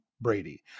Brady